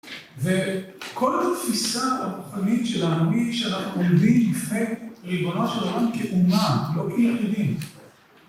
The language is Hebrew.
‫וכל התפיסה הרוחנית של הערבי ‫שאנחנו עומדים לפני ריבונו של עולם כאומה, ‫לא כיריבים.